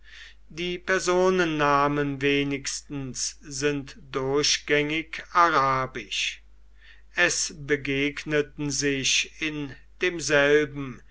die personennamen wenigstens sind durchgängig arabisch es begegneten sich in demselben